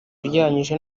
ugereranije